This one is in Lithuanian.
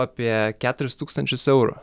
apie keturis tūkstančius eurų